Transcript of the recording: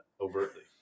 overtly